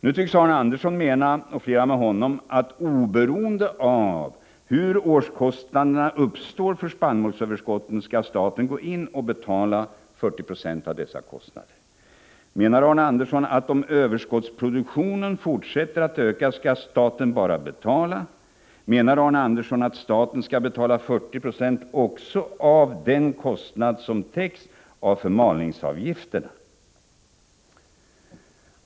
Nu tycks Arne Andersson, och flera med honom, mena att oberoende av hur årskostnaderna uppstår för spannmålsöverskottet skall staten gå in och betala 40 96 av dessa kostnader. Menar Arne Andersson att om överskottsproduktionen fortsätter att öka, skall staten bara betala? Menar Arne Andersson att staten skall betala 40 90 också av den kostnad som täcks av förmalningsavgifterna?